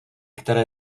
které